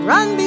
Run